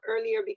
earlier